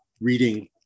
reading